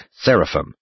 seraphim